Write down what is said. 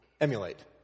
emulate